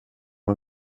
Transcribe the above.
man